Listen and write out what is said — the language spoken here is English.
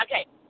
okay